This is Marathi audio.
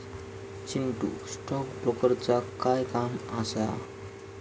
चिंटू, स्टॉक ब्रोकरचा काय काम असा?